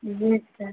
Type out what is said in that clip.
yes sir